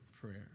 prayer